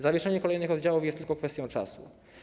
Zawieszenie kolejnych oddziałów jest tylko kwestią czasu.